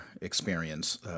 experience